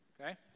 okay